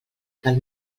del